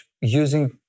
using